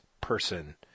person